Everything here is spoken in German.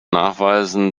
nachweisen